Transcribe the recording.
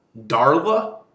Darla